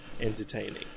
entertaining